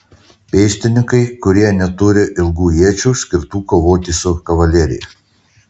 pėstininkai kurie neturi ilgų iečių skirtų kovoti su kavalerija